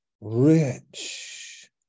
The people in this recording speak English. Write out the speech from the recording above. rich